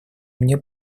мне